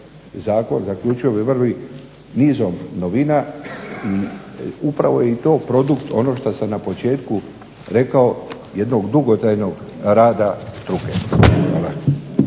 zakon zaključio bih vrvi nizom novina, upravo je i to produkt onog šta sam na početku rekao jednog dugotrajnog rada struke. Hvala.